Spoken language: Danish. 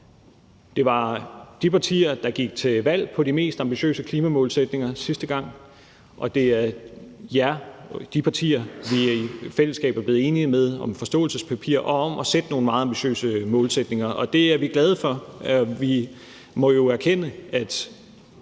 Det var de partier, der gik til valg på de mest ambitiøse klimamålsætninger sidste gang, og det er de partier, vi er blevet enige med om et forståelsespapir og om at sætte nogle meget ambitiøse målsætninger – og det er vi glade for. Vi må jo erkende, at